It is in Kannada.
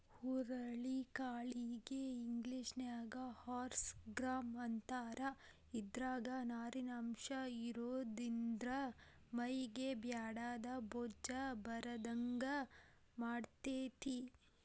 ಹುರುಳಿ ಕಾಳಿಗೆ ಇಂಗ್ಲೇಷನ್ಯಾಗ ಹಾರ್ಸ್ ಗ್ರಾಂ ಅಂತಾರ, ಇದ್ರಾಗ ನಾರಿನಂಶ ಇರೋದ್ರಿಂದ ಮೈಗೆ ಬ್ಯಾಡಾದ ಬೊಜ್ಜ ಬರದಂಗ ಮಾಡ್ತೆತಿ